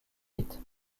vite